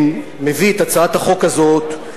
מביא את הצעת החוק הזאת,